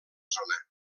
zona